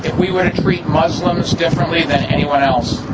we want to treat muslims differently than anyone else.